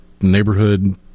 neighborhood